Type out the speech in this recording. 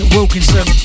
Wilkinson